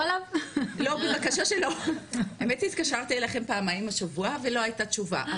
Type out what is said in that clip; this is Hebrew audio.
במת התקשרתי אליכם פעמיים השבוע ולא היתה תשובה,